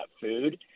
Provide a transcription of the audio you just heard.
food